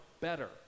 better